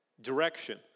Direction